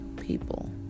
people